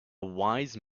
wise